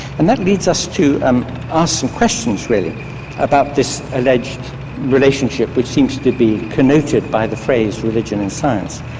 and that leads us to um ask some questions really about this alleged relationship which seems to be connoted by the phrase religion and science.